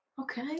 Okay